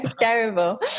terrible